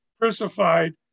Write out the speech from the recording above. crucified